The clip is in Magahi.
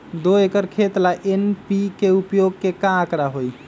दो एकर खेत ला एन.पी.के उपयोग के का आंकड़ा होई?